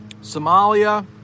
Somalia